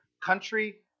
country